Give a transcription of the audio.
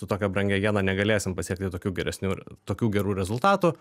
su tokia brangia jena negalėsim pasiekti tokių geresnių tokių gerų rezultatų